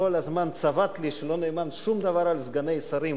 וכל הזמן צבט לי שלא נאמר שום דבר על סגני שרים.